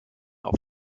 auf